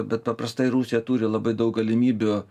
bet paprastai rusija turi labai daug galimybių